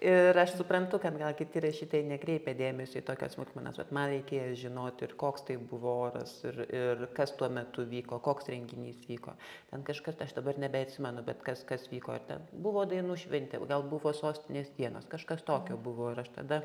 ir aš suprantu kad gal kiti rašytojai nekreipia dėmesio į tokias smulkmenas bet man reikėjo žinoti ir koks tai buvo oras ir ir kas tuo metu vyko koks renginys vyko ten kažkas aš dabar nebeatsimenu bet kas kas vyko ar ten buvo dainų šventė o gal buvo sostinės dienos kažkas tokio buvo ir aš tada